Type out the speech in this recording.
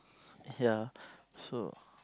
ya so